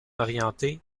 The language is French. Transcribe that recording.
orienté